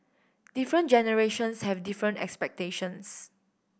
different generations have different expectations